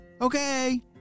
Okay